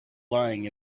lying